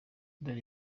dore